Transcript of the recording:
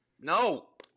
No